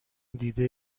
دیده